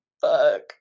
fuck